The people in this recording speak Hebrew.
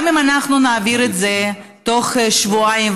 גם אם אנחנו נעביר את זה תוך שבועיים,